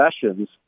Sessions